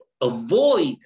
avoid